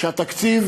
שהתקציב